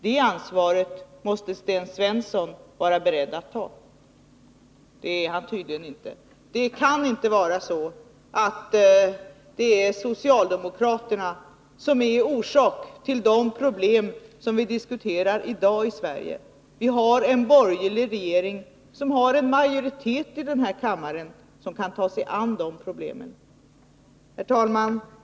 Det ansvaret måste Sten Svensson vara beredd att ta, men det är han tydligen inte. Det kan inte vara så, att socialdemokraterna är orsak till de problem som vi diskuterar i dag i Sverige. Vi har en borgerlig regering, med majoritet i den här kammaren, som kan ta sig an problemen. Herr talman!